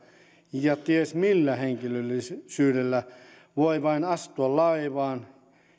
ja ties millä henkilöllisyydellä voi vain astua laivaan